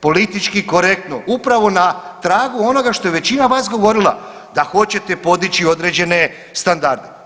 Politički korektno upravo na tragu onoga što je većina vas govorila, da hoćete podići određene standarde.